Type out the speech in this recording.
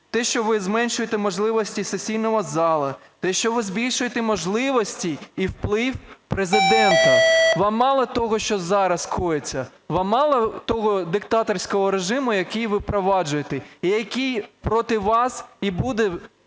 те, що ви зменшуєте можливості сесійного залу, те, що ви збільшуєте можливості і вплив Президента. Вам мало того, що зараз коїться? Вам мало того диктаторського режиму, який ви впроваджуєте і який проти вас і буде